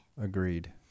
Agreed